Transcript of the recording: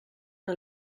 que